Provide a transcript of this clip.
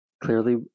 clearly